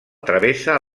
travessa